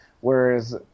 whereas